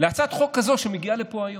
להצעת חוק כזאת, שמגיעה לפה היום,